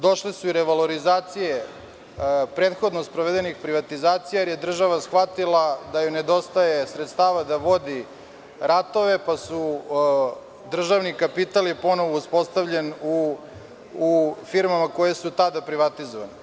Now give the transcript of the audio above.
Došle su i revalorizacije prethodno sprovedenih privatizacija, jer je država shvatila da joj nedostaje sredstava da vodi ratove, pa je državni kapital ponovo uspostavljen u firmama koje su tada privatizovane.